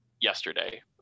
yesterday